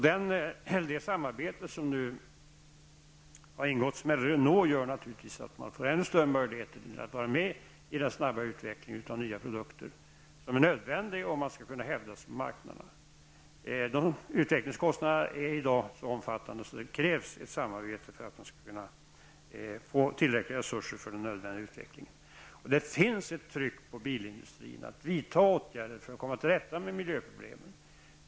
Det samarbete som har ingåtts med Renault har naturligtvis gjort att man får ännu större möjligheter att vara med i den snabba utveckling av nya produkter som är nödvändig om man skall kunna hävda sig på marknaden. Utvecklingskostnaderna är i dag så omfattande att det krävs ett samarbete för att man skall få tillräckliga resurser för den nödvändiga utvecklingen. Det finns ett tryck på bilindustrin att vidta åtgärder för att man skall komma till rätta med miljöproblemen.